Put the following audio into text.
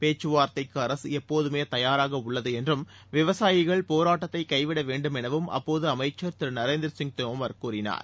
பேச்சுவார்த்தைக்கு அரக எப்போதமே தயாராக உள்ளது என்றும் விவசாயிகள் போராட்டத்தைக் கைவிட வேண்டும் எனவும் அப்போது அமைச்சர் திரு நரேந்திர சிங் தோமர் கூறினார்